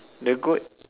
the goat